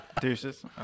Deuces